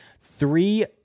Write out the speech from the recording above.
Three